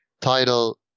title